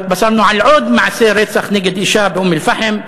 התבשרנו על עוד מעשה רצח נגד אישה באום-אלפחם,